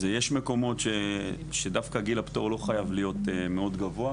אז יש מקומות שדווקא גיל הפטור לא חייב להיות מאוד גבוה,